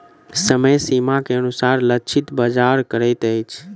समय सीमा के अनुसार लक्षित बाजार करैत अछि